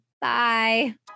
Bye